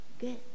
good